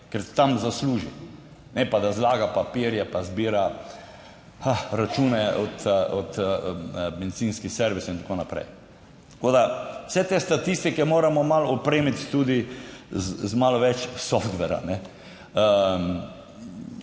ker tam zasluži, ne pa, da zlaga papirje, pa zbira račune od bencinskih servisov in tako naprej. Tako da vse te statistike moramo malo opremiti tudi z malo več softwara.